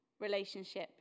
relationship